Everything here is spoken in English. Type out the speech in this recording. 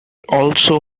also